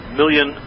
million